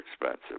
expensive